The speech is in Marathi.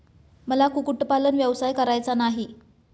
मला कुक्कुटपालन व्यवसाय करायचा नाही